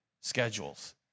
schedules